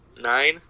Nine